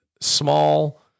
small